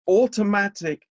automatic